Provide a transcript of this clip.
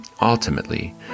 Ultimately